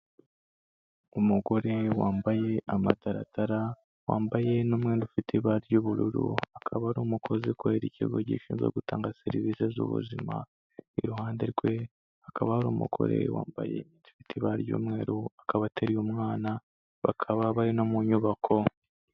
Umugore wambaye amataratara, wambaye n'umwenda ufite ibara ry'ubururu, akaba ari umukozi ukorera ikigo gishinzwe gutanga serivisi z'ubuzima, iruhande rwe hakaba hari umugore wambaye ishati y'ibara ry'umweru, akaba ateruye umwana, bakaba bari no mu nyubako.